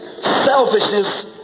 selfishness